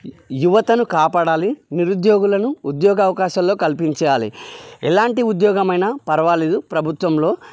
యువతను కాపాడాలి నిరుద్యోగులను ఉద్యోగ అవకాశాల్లో కల్పించాలి ఎలాంటి ఉద్యోగం అయినా పర్వాలేదు ప్రభుత్వంలో